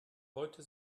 heute